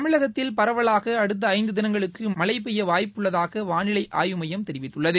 தமி ழகத்தில் பரவலாக அடுத்த ஐந்து திளங்களுக்கு மழை பெய்ய வாய்ப்பு உள்ளதாக வானி லை ஆய்வு மையம் தொடிவிதட்துள்ளது